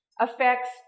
affects